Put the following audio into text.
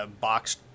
box